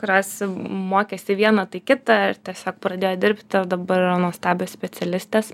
kurios mokėsi vieną tai kitą ir tiesiog pradėjo dirbti ir dabar yra nuostabios specialistės